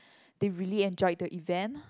they really enjoyed the event